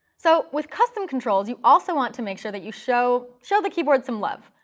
so with custom controls, you also want to make sure that you show show the keyboard some love.